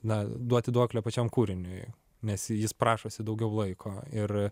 na duoti duoklę pačiam kūriniui nes jis prašosi daugiau laiko ir